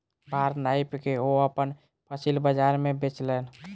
भार नाइप के ओ अपन फसिल बजार में बेचलैन